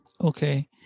Okay